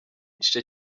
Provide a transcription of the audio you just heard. igice